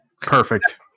Perfect